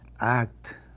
act